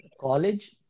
college